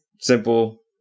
simple